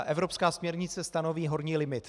Evropská směrnice stanoví horní limit.